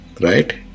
right